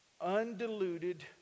undiluted